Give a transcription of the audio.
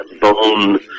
bone